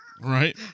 Right